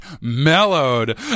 mellowed